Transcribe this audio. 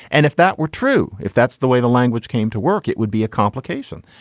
and if that were true, if that's the way the language came to work, it would be a complication.